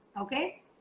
Okay